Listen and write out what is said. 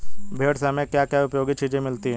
भेड़ से हमें क्या क्या उपयोगी चीजें मिलती हैं?